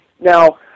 Now